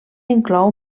inclou